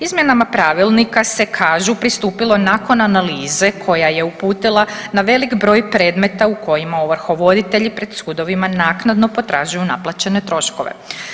Izmjenama pravilnika se kažu pristupilo nakon analize koja je uputila na velik broj predmeta u kojima ovrhovoditelji pred sudovima naknadno potražuju naplaćene troškove.